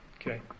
Okay